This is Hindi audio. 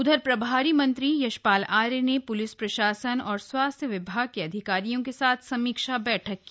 उधर प्रभारी मंत्री यशपाल आर्य ने प्लिस प्रशासन और स्वास्थ्य विभाग के अधिकारियों के साथ समीक्षा बैठक की